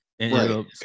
Right